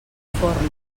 fórnols